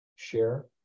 Share